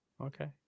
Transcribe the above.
Okay